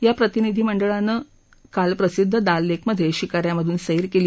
या प्रतिनिधी मंडळानं प्रसिद्ध दाल लेकमधे शिकाऱ्यामधून सैर केली